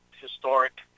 historic